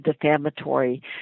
defamatory